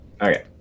Okay